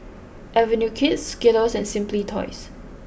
Avenue Kids Skittles and Simply Toys